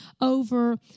over